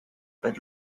but